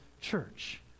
church